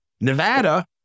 Nevada